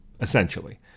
essentially